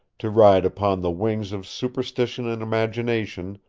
to ride upon the wings of superstition and imagination,